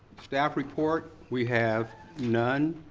staff report, we have none.